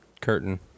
curtain